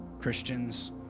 Christians